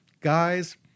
Guys